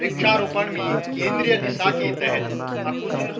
वृक्षारोपण में केंद्रीय दिशा के तहत अकुशल